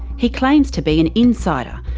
he claims to be an insider,